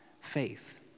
faith